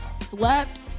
slept